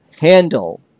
handle